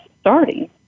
starting